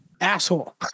Asshole